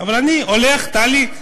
אבל אני הולך, טלי,